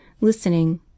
listening